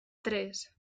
tres